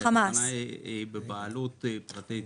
ונמצאת בבעלות פרטית.